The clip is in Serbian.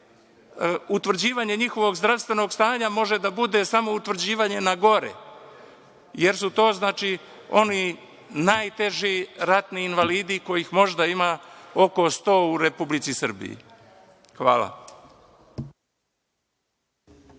utvrđivanje njihovog zdravstvenog stanja može da bude samo utvrđivanje na gore jer su to oni najteži ratni invalidi kojih možda ima oko 100 u Republici Srbiji. Hvala.